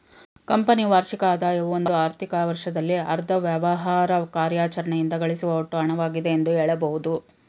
ಕಂಪನಿಯ ವಾರ್ಷಿಕ ಆದಾಯವು ಒಂದು ಆರ್ಥಿಕ ವರ್ಷದಲ್ಲಿ ಅದ್ರ ವ್ಯವಹಾರ ಕಾರ್ಯಾಚರಣೆಯಿಂದ ಗಳಿಸುವ ಒಟ್ಟು ಹಣವಾಗಿದೆ ಎಂದು ಹೇಳಬಹುದು